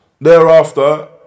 Thereafter